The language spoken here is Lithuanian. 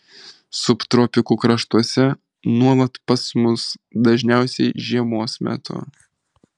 subtropikų kraštuose nuolat pas mus dažniausiai žiemos metu